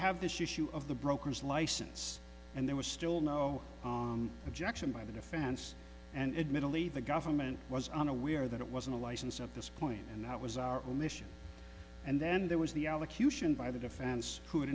have this issue of the broker's license and there was still no objection by the defense and admittedly the government was unaware that it wasn't a license at this point and that was our omission and then there was the allocution by the defense who